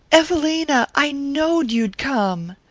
evelina! i knowed you'd come!